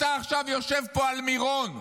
אתה עכשיו יושב פה על מירון.